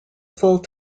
full